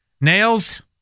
Nails